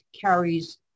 carries